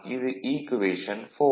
இது ஈக்குவேஷன் 4